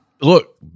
Look